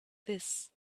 this